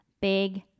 Big